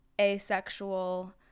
asexual